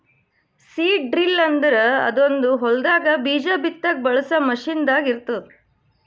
seed drill ಅಂದುರ್ ಅದೊಂದ್ ಹೊಲದಾಗ್ ಬೀಜ ಬಿತ್ತಾಗ್ ಬಳಸ ಮಷೀನ್ ದಾಗ್ ಇರ್ತ್ತುದ